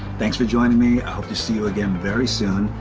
thanks for joining me, i hope to see you again very soon,